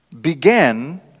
began